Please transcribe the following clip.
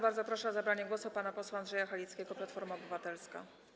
Bardzo proszę o zabranie głosu pana posła Andrzeja Halickiego, Platforma Obywatelska.